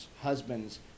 husbands